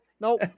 nope